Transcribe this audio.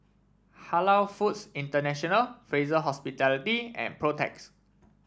Halal Foods International Fraser Hospitality and Protex